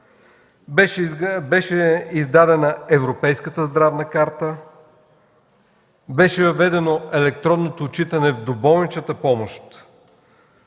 Беше издадена Европейската здравна карта. Беше въведено електронното отчитане в доболничната помощ.